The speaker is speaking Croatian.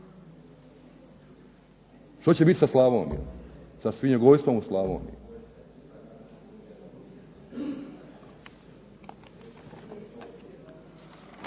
Što će biti sa Slavonijom, sa svinjogojstvom u Slavoniji?